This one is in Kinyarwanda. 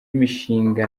mishinga